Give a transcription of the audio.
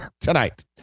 tonight